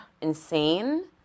insane